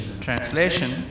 Translation